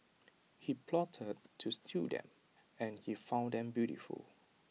he plotted to steal them and he found them beautiful